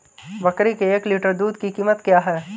बकरी के एक लीटर दूध की कीमत क्या है?